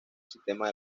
sistemas